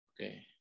Okay